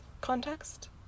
Context